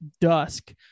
dusk